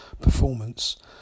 performance